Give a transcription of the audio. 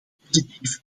positief